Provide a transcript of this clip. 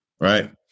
right